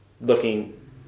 looking